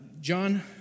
John